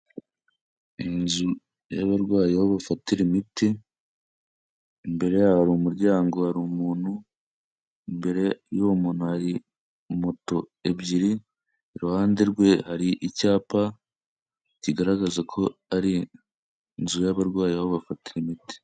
Inzu y'abarwayi aho bafatira imiti, imbere yayo hari umuryango hari umuntu, imbere y'uwo muntu hari moto ebyiri, iruhande rwe hari icyapa kigaragaza ko ari inzu y'abarwayi aho bafatira imiti.